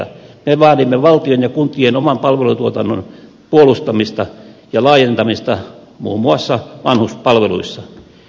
me vaadimme valtion ja kuntien oman palvelutuotannon puolustamista ja laajentamista muun muassa vanhuspalveluissa